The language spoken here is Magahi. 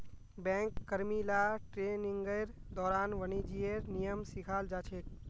बैंक कर्मि ला ट्रेनिंगेर दौरान वाणिज्येर नियम सिखाल जा छेक